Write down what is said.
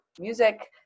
music